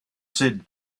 said